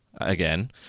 again